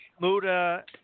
Muda